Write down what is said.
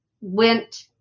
went